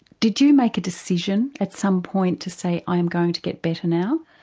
did you make a decision at some point to say, i am going to get better now?